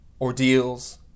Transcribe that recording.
ordeals